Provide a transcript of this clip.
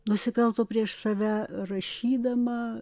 nusikalto prieš save rašydama